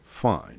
fine